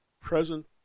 present